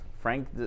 Frank